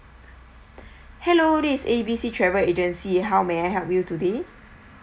hello this is A B C travel agency how may I help you today